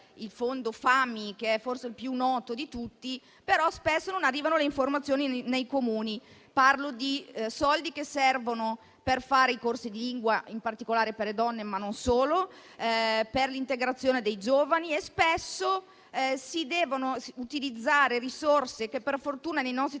integrazione, che è forse il più noto di tutti), però spesso non arrivano le informazioni nei Comuni: parlo di soldi che servono per fare i corsi di lingua, in particolare per le donne ma non solo, o per l'integrazione dei giovani e spesso si devono utilizzare risorse che per fortuna nei nostri territori